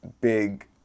big